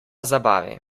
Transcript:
zabavi